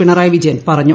പിണറായി വിജയൻ പാഞ്ഞു